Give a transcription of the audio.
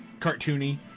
cartoony